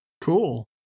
Cool